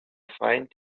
find